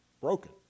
broken